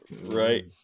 Right